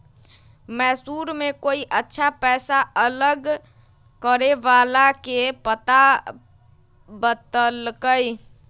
मैसूर में कोई अच्छा पैसा अलग करे वाला के पता बतल कई